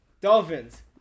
Dolphins